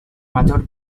major